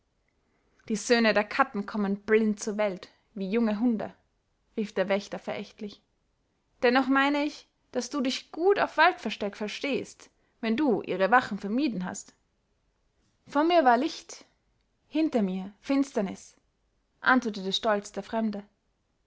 die söhne der katten kommen blind zur welt wie junge hunde rief der wächter verächtlich dennoch meine ich daß du dich gut auf waldversteck verstehst wenn du ihre wachen vermieden hast vor mir war licht hinter mir finsternis antwortete stolz der fremde